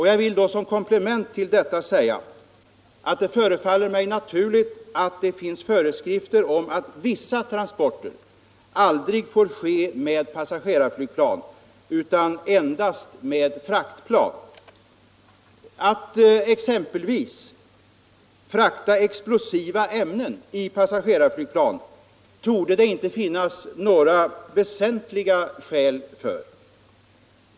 Jag vill som komplement till detta säga att det förefaller mig naturligt att ha föreskrifter om att vissa transporter aldrig får företas med passagerarflygplan utan endast med fraktplan. Det torde inte finnas några väsentliga skäl för att frakta exempelvis explosiva ämnen i passagerarflygplan.